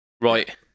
Right